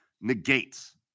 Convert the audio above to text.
negates